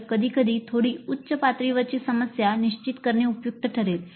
तर कधीकधी थोडी उच्च पातळीवरची समस्या निश्चित करणे उपयुक्त ठरेल